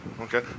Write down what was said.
Okay